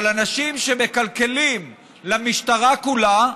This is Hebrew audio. אבל אנשים שמקלקלים למשטרה כולה,